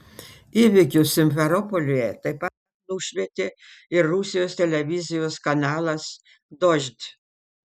įvykius simferopolyje taip pat nušvietė ir rusijos televizijos kanalas dožd